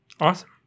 Awesome